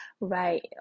right